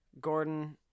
Gordon